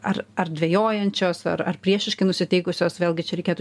ar ar dvejojančios ar ar priešiškai nusiteikusios vėlgi čia reikėtų